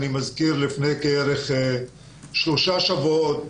אני מזכיר שלפני כשלושה שבועות